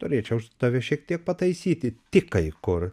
norėčiau aš tave šiek tiek pataisyti tik kai kur